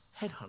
Headhunters